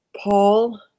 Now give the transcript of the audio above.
Paul